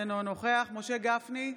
אינו נוכח משה גפני,